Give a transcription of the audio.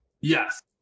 Yes